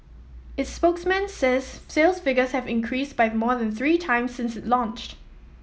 its spokesman says sales figures have increased by more than three times since it launched